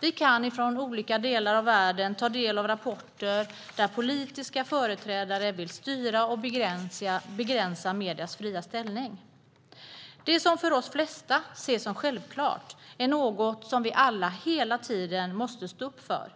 Vi kan från olika delar av världen ta del av rapporter där politiska företrädare vill styra och begränsa mediernas fria ställning. Det som de flesta av oss ser som självklart är något som vi alla hela tiden måste stå upp för.